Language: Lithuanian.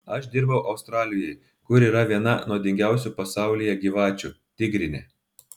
aš dirbau australijoje kur yra viena nuodingiausių pasaulyje gyvačių tigrinė